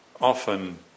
often